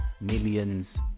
millions